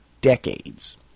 decades